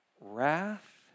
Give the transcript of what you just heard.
wrath